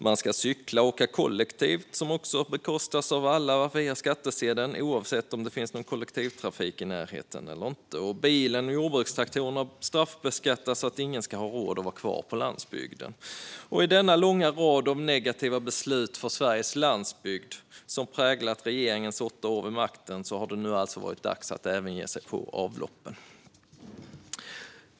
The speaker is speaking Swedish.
Man ska cykla och åka kollektivt, vilket också ska bekostas av alla via skattsedeln oavsett om det finns någon kollektivtrafik i närheten eller inte. Bilen och jordbrukstraktorerna straffbeskattas så att ingen ska ha råd att vara kvar på landsbygden. I den långa rad av negativa beslut för Sveriges landsbygd som har präglat regeringens åtta år vid makten har det nu alltså blivit dags att även ge sig på avloppen.